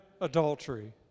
adultery